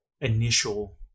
initial